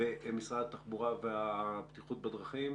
במשרד התחבורה והבטיחות בדרכים.